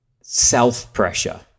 self-pressure